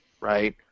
right